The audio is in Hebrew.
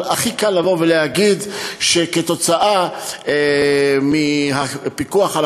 אבל הכי קל לבוא ולהגיד שכתוצאה מהפיקוח על